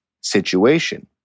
situation